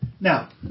Now